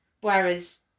Whereas